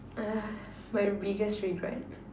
my biggest regret